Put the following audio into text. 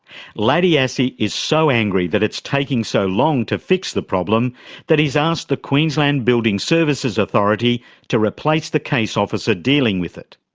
laddie assey is so angry that it's taking so long to fix the problem that he's asked the queensland building services authority to replace the case officer dealing with it.